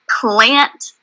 plant